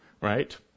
right